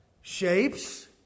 shapes